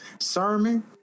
sermon